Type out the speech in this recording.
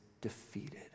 defeated